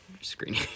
screen